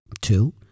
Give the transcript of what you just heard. Two